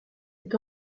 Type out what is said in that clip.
est